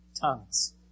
tongues